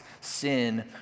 sin